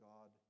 God